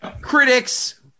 Critics